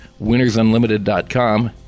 winnersunlimited.com